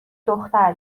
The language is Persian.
دختر